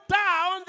down